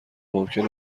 ممکن